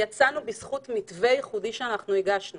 בסגר הקודם יצאנו בזכות מתווה שאנחנו הגשנו